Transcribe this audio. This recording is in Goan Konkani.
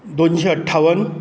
दोनशे अठ्ठावन